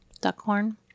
Duckhorn